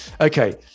Okay